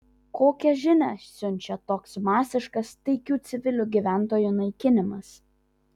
kokią žinią siunčia toks masiškas taikių civilių gyventojų naikinimas